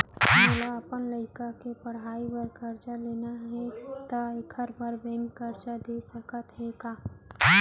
मोला अपन लइका के पढ़ई बर करजा लेना हे, त एखर बार बैंक करजा दे सकत हे का?